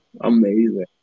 Amazing